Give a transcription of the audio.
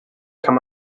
kann